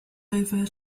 over